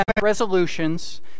resolutions